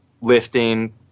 lifting